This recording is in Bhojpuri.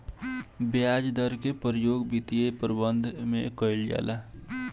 ब्याज दर के प्रयोग वित्तीय प्रबंधन में कईल जाला